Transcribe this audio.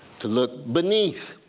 to look beneath